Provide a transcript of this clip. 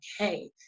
okay